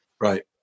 Right